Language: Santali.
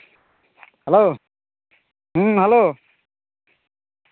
ᱦᱮᱞᱳ ᱦᱮᱸ ᱦᱮᱞᱳ